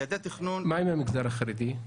מה עם המגזר החרדי?